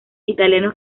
italianos